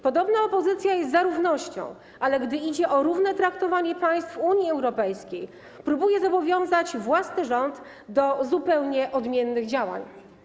Podobno opozycja jest za równością, ale gdy idzie o równe traktowanie państw Unii Europejskiej, próbuje zobowiązać własny rząd do zupełnie odmiennych działań.